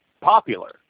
popular